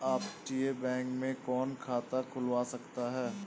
अपतटीय बैंक में कौन खाता खुलवा सकता है?